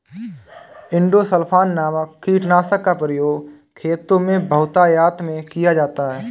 endosulfan नामक कीटनाशक का प्रयोग खेतों में बहुतायत में किया जाता है